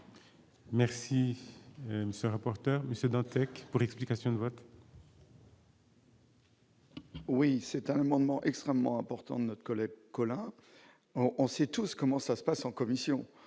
Merci ne rapporteur Monsieur Dantec pour explication de vote. Oui, c'est un moment extrêmement important de notre collègue Colin on on sait tous comment ça se passe en commission,